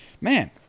Man